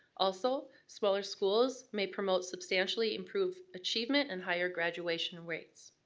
also, smaller schools may promote substantially improved achievement and higher graduation rates.